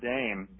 Dame